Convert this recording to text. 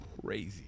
crazy